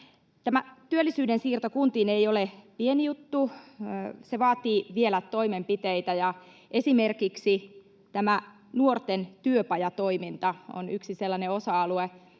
työllisyyden siirto kuntiin ei ole pieni juttu. Se vaatii vielä toimenpiteitä, ja esimerkiksi tämä nuorten työpajatoiminta on yksi sellainen osa-alue,